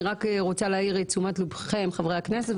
אני רק רוצה להעיר את תשומת לבכם חברי הכנסת,